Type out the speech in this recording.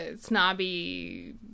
snobby